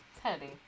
Teddy